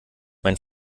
mein